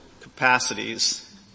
capacities